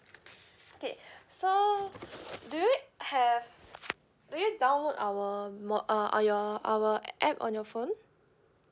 okay so do you have do you download our mo~ uh on your our app on your phone